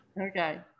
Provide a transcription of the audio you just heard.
Okay